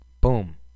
boom